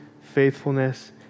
faithfulness